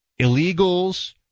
illegals